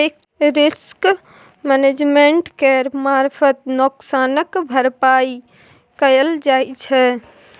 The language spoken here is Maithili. रिस्क मैनेजमेंट केर मारफत नोकसानक भरपाइ कएल जाइ छै